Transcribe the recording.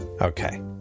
Okay